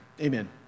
Amen